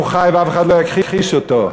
הוא חי ואף אחד לא יכחיש אותו,